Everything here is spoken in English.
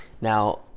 now